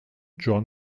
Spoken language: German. john